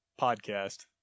podcast